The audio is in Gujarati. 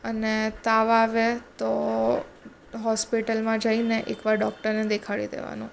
અને તાવ આવે તો હોસ્પિટલમાં જઈને એક વાર ડૉક્ટરને દેખાડી દેવાનું